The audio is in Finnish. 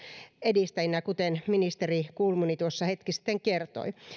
edistäjinä ja vahvistaa sitä kuten ministeri kulmuni tuossa hetki sitten kertoi